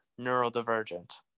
neurodivergent